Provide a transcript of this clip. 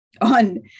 on